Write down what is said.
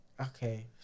Okay